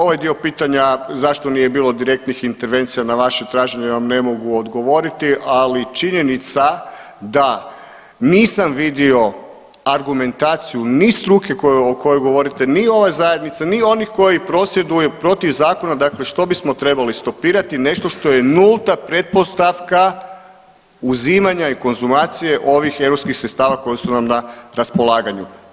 Ovaj dio pitanja zašto nije bilo direktnih intervencija na vaše traženje vam ne mogu odgovoriti, ali činjenica da nisam vidio argumentaciju ni struke o kojoj govorite ni ove zajednice ni onih koji prosvjeduju protiv zakona, dakle, što bismo trebali stopirati nešto što je nulta pretpostavka uzimanja i konzumacije ovih europskih sredstava koja su nam na raspolaganju.